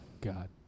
God